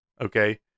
Okay